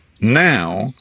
now